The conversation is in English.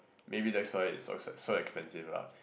maybe that's why it's so so expensive lah